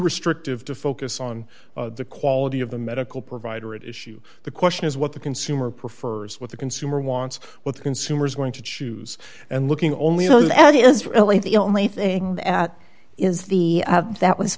restrictive to focus on the quality of the medical provider at issue the question is what the consumer prefers what the consumer wants what the consumer is going to choose and looking only at is really the only thing that is the that